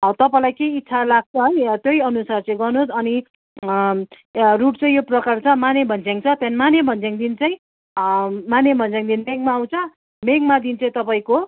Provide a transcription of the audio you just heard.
तपाईँलाई के इच्छा लाग्छ है त्यही अनुसार चाहिँ गर्नुहोस् अनि रुट चाहिँ यो प्रकार छ माने भञ्ज्याङ छ त्यहाँदेखि माने भञ्ज्याङदेखि चाहिँ माने भन्ज्याङदेखि मेघमा आउँछ मेघमादेखि चाहिँ तपाईँको